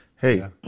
Hey